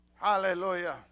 Hallelujah